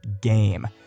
game